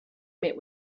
met